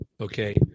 Okay